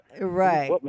Right